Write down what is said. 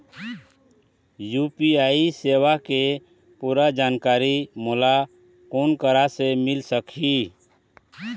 UPI सेवा के पूरा जानकारी मोला कोन करा से मिल सकही?